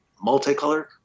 multicolored